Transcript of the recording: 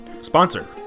sponsor